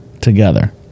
together